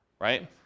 right